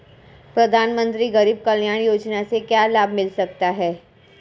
प्रधानमंत्री गरीब कल्याण योजना से क्या लाभ मिल सकता है?